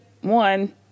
one